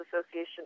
Association